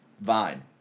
Vine